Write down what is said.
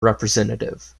representative